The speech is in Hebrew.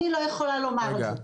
אני לא יכולה לומר את זה.